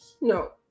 no